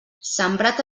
sembrat